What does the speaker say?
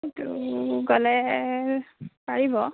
সেইটো গ'লে পাৰিব